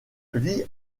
vit